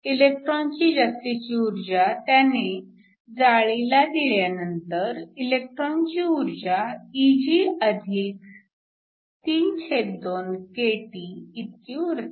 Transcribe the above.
इलेक्ट्रॉनची जास्तीची ऊर्जा त्याने जाळी ला दिल्यानंतर इलेक्ट्रॉनची ऊर्जा Eg32kTइतकी उरते